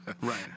Right